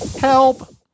Help